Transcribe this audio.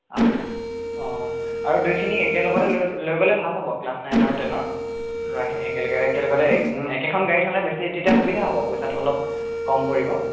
অঁ আৰু দুইখিনি একেলগতে লৈ লৈ গ'লে ভাল হ'ব ক্লাছ নাইন আৰু টেনৰ ল'ৰাখিনি একেলগে একেলগতে একেখন গাড়ীত হ'লে বেছি তেতিয়া সুবিধা হ'ব পইচাটো অলপ কম পৰিব